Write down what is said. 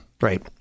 right